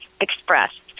expressed